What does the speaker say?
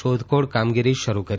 શોધખોળ કામગીરી શરૂ કરી છે